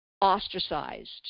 ostracized